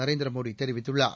நரேந்திர மோடி தெரிவித்துள்ளார்